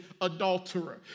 adulterer